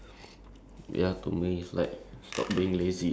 get done with is like I'm not doing it